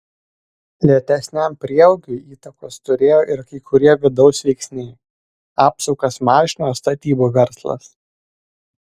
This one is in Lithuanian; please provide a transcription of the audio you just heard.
lėtesniam prieaugiui įtakos turėjo ir kai kurie vidaus veiksniai apsukas mažino statybų verslas